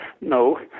no